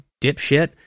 dipshit